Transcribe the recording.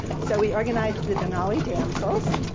so we organized the denali damsels,